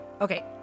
Okay